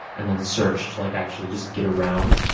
and then search to like actually just get around.